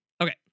Okay